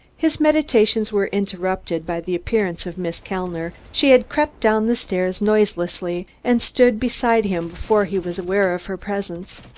his meditations were interrupted by the appearance of miss kellner. she had crept down the stairs noiselessly, and stood beside him before he was aware of her presence.